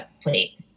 plate